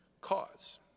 cause